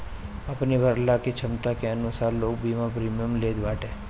अपनी भरला के छमता के अनुसार लोग बीमा प्रीमियम लेत बाटे